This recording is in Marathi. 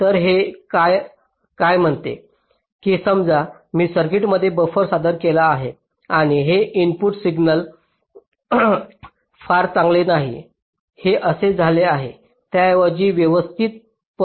तर हे काय म्हणते की समजा मी सर्किटमध्ये बफर सादर केला आहे आणि हे इनपुट सिग्नल फार चांगले नाही हे असे झाले आहे त्याऐवजी व्यवस्थित पूल्सऐवजी